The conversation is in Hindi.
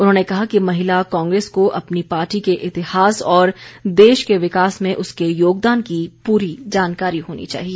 उन्होंने कहा कि महिला कांग्रेस को अपनी पार्टी के इतिहास और देश के विकास में उसके योगदान की पूरी जानकारी होनी चाहिए